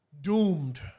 doomed